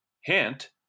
Hint